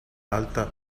alta